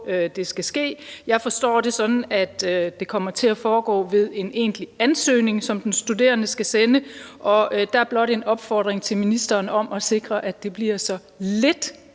det skal ske, hvor jeg forstår det sådan, at det kommer til at foregå ved en egentlig ansøgning, som den studerende skal sende. Der er blot en opfordring til ministeren om at sikre, at det bliver så lidt